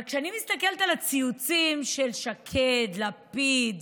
אבל כשאני מסתכלת על הציוצים של שקד, לפיד